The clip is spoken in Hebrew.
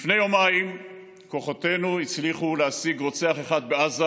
לפני יומיים כוחותינו הצליחו להשיג רוצח אחד בעזה,